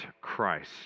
Christ